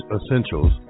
Essentials